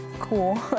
cool